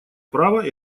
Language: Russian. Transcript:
право